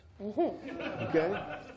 Okay